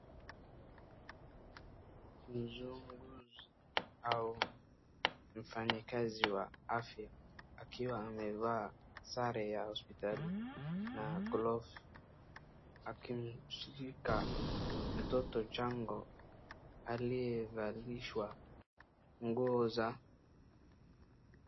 Muuguzi au mfanyikazi wa afya akiwa amevaa sare ya hospitali na gloves akimshika mtoto chango aliyevalishwa nguo za.